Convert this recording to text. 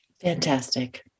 Fantastic